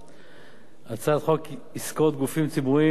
הצעת חוק עסקאות גופים ציבוריים (תיקון,